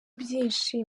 byinshi